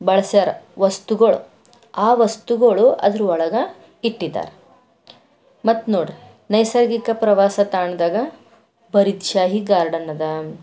ಬಳಸ್ಯಾರ ವಸ್ತುಗಳು ಆ ವಸ್ತುಗಳು ಅದ್ರುವೊಳಗ ಇಟ್ಟಿದ್ದಾರೆ ಮತ್ತೆ ನೋಡ್ರಿ ನೈಸರ್ಗಿಕ ಪ್ರವಾಸ ತಾಣದಾಗೆ ಬರೀದ್ ಶಾಹಿ ಗಾರ್ಡನ್ ಅದ